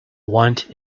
want